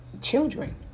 children